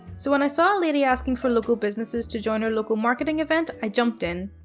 so when i saw a lady asking for local businesses to join her local marketing event, i jumped in.